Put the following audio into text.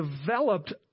developed